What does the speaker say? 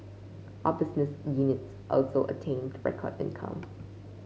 all business units also attained record income